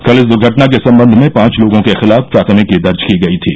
कल इस दर्घटना के संबंध में पांच लोगों के खिलाफ प्राथमिकी दर्ज की गई थी